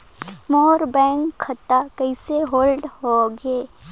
मोर bank खाता कइसे hold होगे?